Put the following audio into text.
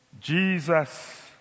Jesus